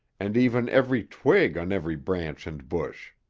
and even every twig on every branch and bush.